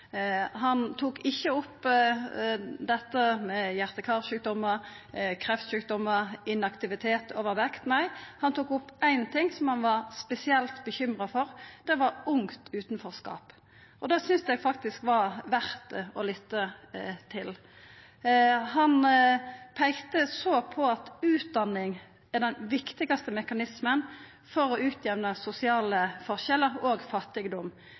Han tok ikkje opp hjarte- og karsjukdomar, kreftsjukdomar, manglande aktivitet og overvekt. Nei, han tok opp éin ting som han var spesielt bekymra for: ungt utanforskap. Det synest eg var verd å lytta til. Han peikte så på at utdanning er den viktigaste mekanismen for å utjamna sosiale forskjellar og kjempa mot fattigdom.